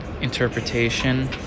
interpretation